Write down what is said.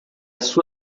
sua